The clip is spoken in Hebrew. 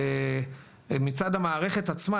מצד המערכת עצמה,